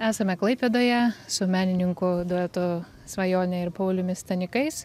esame klaipėdoje su menininkų duetu svajone ir pauliumi stanikais